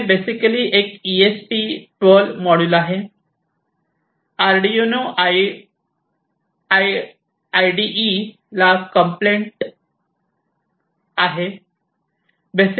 आणि हे बेसिकली एक ईएसपी 12 मॉड्यूल आहे आर्डीनो आयडीई ला कंप्लिट आहे